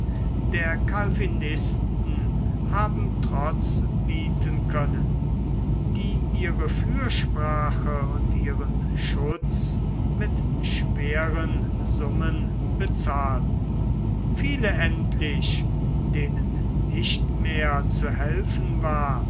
der calvinisten haben trotz bieten können die ihre fürsprache und ihren schutz mit schweren summen bezahlten viele endlich denen nicht mehr zu helfen war